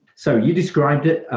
so you described it,